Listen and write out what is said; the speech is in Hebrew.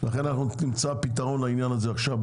לכן אנחנו נמצא פתרון לעניין הזה עכשיו,